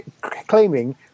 claiming